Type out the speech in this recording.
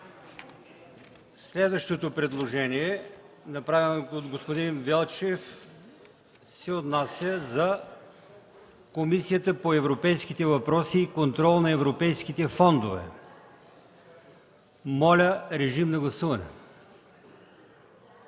Следващото предложение – направено от господин Велчев, се отнася за Комисията по европейските въпроси и контрол на европейските фондове. Моля, режим на гласуване.